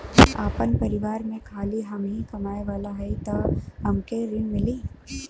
आपन परिवार में खाली हमहीं कमाये वाला हई तह हमके ऋण मिली?